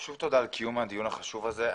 שוב תודה על קיום הדיון החשוב הזה.